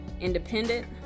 independent